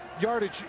yardage